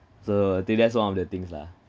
so that that's one of the things lah